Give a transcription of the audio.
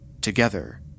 Together